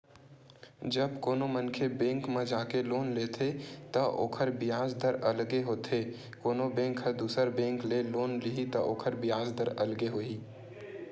जब कोनो मनखे बेंक म जाके लोन लेथे त ओखर बियाज दर अलगे होथे कोनो बेंक ह दुसर बेंक ले लोन लिही त ओखर बियाज दर अलगे होही